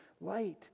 light